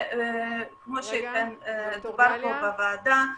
וכמו שדובר בוועדה,